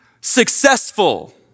successful